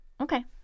Okay